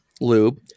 lube